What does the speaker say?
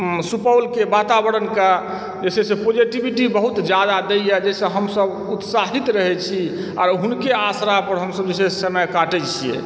सुपौलके वातावरणकऽ जे छै से पॉजिटिविटी बहुत ज्यादा दयए जाहिसँ हमसभ उत्साहित रहय छी आओर हुनके असरा पर हमसभ जे छै से समय काटैत छियै